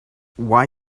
why